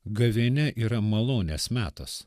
gavėnia yra malonės metas